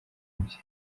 ibye